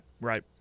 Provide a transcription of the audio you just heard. right